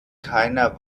keiner